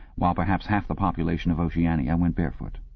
while perhaps half the population of oceania went barefoot.